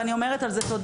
ואני אומרת על זה תודה.